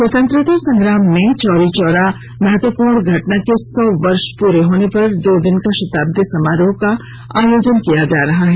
स्वतंत्रता संग्राम में चौरी चौरा महत्वपूर्ण घटना के सौ वर्ष पूरे होने पर दो दिन का शताब्दी समारोह का आयोजन किया जा रहा है